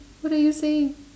what are you saying